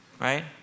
Right